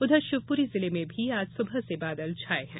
उधर शिवपुरी जिले में भी आज सुबह से बादल छाए हैं